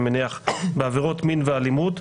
אני מניח "בעבירות מין ואלימות,